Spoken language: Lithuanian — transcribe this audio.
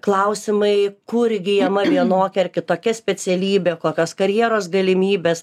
klausimai kur įgyjama vienokia ar kitokia specialybė kokios karjeros galimybės